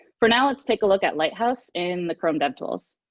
for now, let's take a look at lighthouse in the chrome devtools.